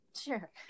sure